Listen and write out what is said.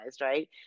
right